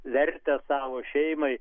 vertę savo šeimai